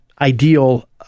ideal